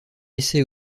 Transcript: essaie